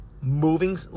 moving